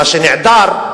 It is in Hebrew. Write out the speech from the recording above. מה שנעדר,